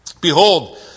Behold